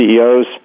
CEOs